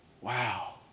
Wow